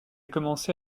commencé